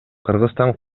кыргызстан